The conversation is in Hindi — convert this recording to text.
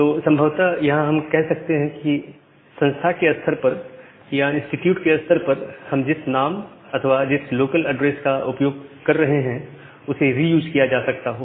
तो संभवत यहां हम यह कर सकते हैं कि संस्था के स्तर पर या इंस्टीट्यूट के स्तर पर हम जिस नाम अथवा जिस लोकल ऐड्रेस का उपयोग कर रहे हैं उसे रीयूज़ किया जा सकता हो